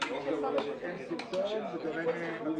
11:29.